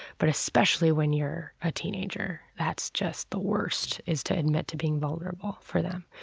but especially when you're a teenager. that's just the worst is to admit to being vulnerable for them.